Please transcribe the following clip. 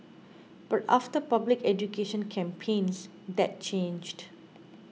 but after public education campaigns that changed